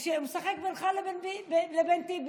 הוא משחק בינך לבין טיבי.